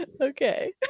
okay